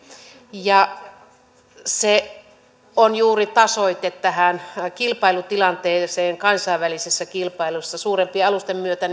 ja juuri se on tasoite tähän kilpailutilanteeseen kansainvälisessä kilpailussa suurempien alusten myötä